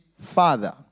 father